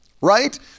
Right